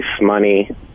money